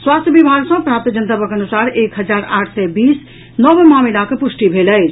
स्वास्थ्य विभाग सँ प्राप्त जनतबक अनुसार एक हजार आठ सय बीस नव मामिलाक प्रष्टि भेल अछि